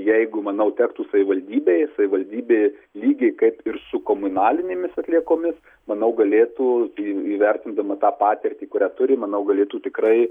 jeigu manau tektų savivaldybei savivaldybė lygiai kaip ir su komunalinėmis atliekomis manau galėtų į įvertindama tą patirtį kurią turi manau galėtų tikrai